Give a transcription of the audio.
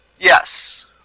Yes